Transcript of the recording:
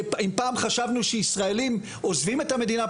אם פעם חשבנו שישראלים עוזבים את המדינה,